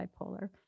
bipolar